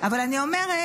אבל אני אומרת: